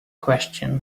question